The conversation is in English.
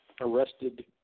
arrested